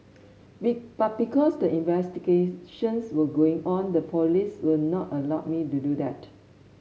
be but because the investigations were going on the police will not allow me to do that